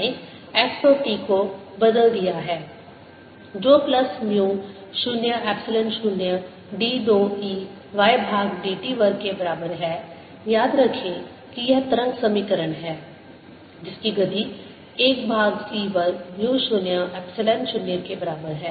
मैंने x और t को बदल दिया है जो plus mu 0 epsilon 0 d 2 E y भाग dt वर्ग के बराबर है याद रखें कि यह तरंग समीकरण है जिसकी गति 1 भाग c वर्ग म्यू 0 एप्सिलॉन 0 के बराबर है